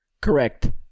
Correct